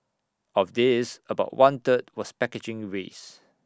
of this about one third was packaging waste